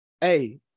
hey